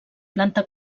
planta